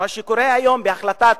בהחלטת